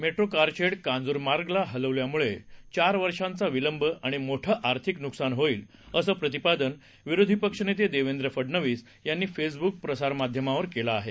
metro car shed कांजूरमार्गला हलवल्यामुळे चार वर्षाचा विलंब आणि मोठं आर्थिक नुकसान होईल असं प्रतिपादन विरोधी पक्षनेते देवेंद्र फडनवीस यांनी फेसबुक प्रसार माध्यमावर केलं आहे